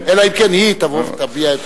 אלא אם כן היא תבוא ותביע,